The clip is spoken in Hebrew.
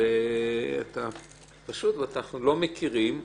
ואנחנו לא מכירים,